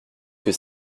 que